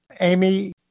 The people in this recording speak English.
Amy